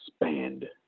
expand